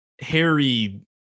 Harry